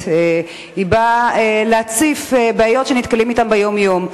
באה להציף בעיות שנתקלים אתן ביום-יום.